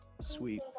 Sweet